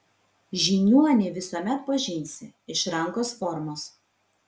žiniuonį visuomet pažinsi iš rankos formos